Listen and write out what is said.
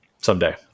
someday